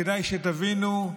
כדאי שתבינו,